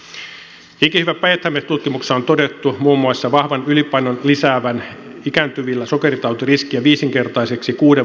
ikihyvä päijät häme tutkimuksessa on todettu muun muassa vahvan ylipainon lisäävän ikääntyvillä sokeritautiriskiä viisinkertaiseksi kuuden vuoden aikana